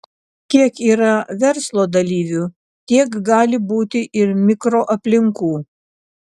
kiek yra verslo dalyvių tiek gali būti ir mikroaplinkų